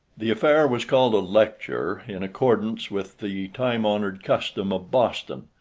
the affair was called a lecture in accordance with the time-honored custom of boston,